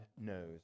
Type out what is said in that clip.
knows